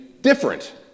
different